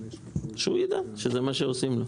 שהוא ידע שזה מה שעושים לו.